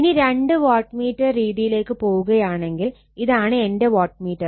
ഇനി രണ്ട് watt meter രീതിയിലേക്ക് പോകുകയാണെങ്കിൽ ഇതാണ് എന്റെ വാട്ട് മീറ്റർ